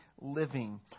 living